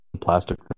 plastic